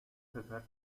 پسر